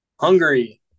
Hungary